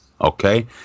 okay